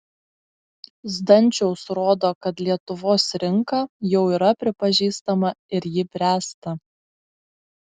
zdančiaus rodo kad lietuvos rinka jau yra pripažįstama ir ji bręsta